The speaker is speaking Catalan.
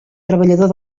treballador